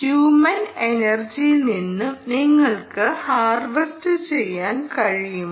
human എനർജിയിൽ നിന്നും നിങ്ങൾക്ക് ഹാർവെസ്റ്റ് ചെയ്യാൻ കഴിയുമോ